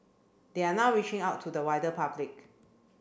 they are now reaching out to the wider public